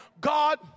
God